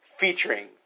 featuring